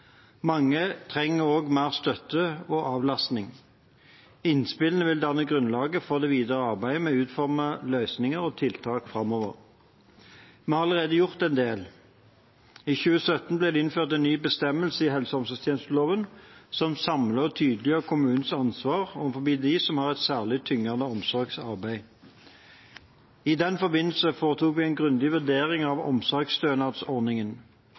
Mange trenger også mer støtte og avlastning. Innspillene vil danne grunnlaget for det videre arbeidet med å utforme løsninger og tiltak framover. Vi har allerede gjort en del. I 2017 ble det innført en ny bestemmelse i helse- og omsorgstjenesteloven, som samler og tydeliggjør kommunenes ansvar overfor dem som har et særlig tyngende omsorgsarbeid. I den forbindelse foretok vi en grundig vurdering av omsorgsstønadsordningen.